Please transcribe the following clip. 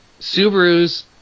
Subarus